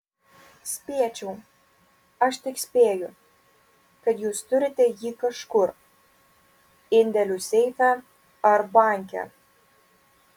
spėčiau aš tik spėju kad jūs turite jį kažkur indėlių seife ar banke